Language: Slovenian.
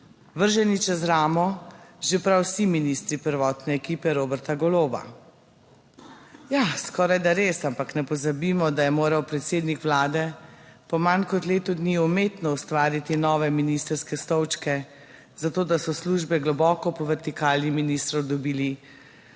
vrženi čez ramo že prav vsi ministri prvotne ekipe Roberta Goloba. Ja, skorajda res, ampak ne pozabimo, da je moral predsednik vlade po manj kot letu dni umetno ustvariti nove ministrske stolčke za to, da so službe globoko po vertikali ministrov dobili še